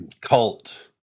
cult